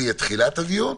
וזה יהיה תחילת הדיון.